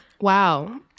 Wow